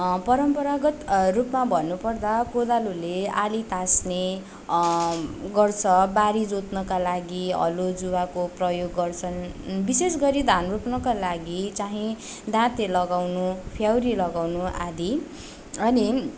परम्परागत रूपमा भन्नु पर्दा कोदालोले आली ताछ्ने गर्छ बारी जोत्नकालागि हलो जुवाको प्रयोग गर्छन् विशेष गरी धान रोप्नका लागि चाहिँ दाँते लगाउनु फ्याउरी लगाउनु आदि अनि